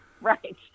Right